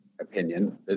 opinion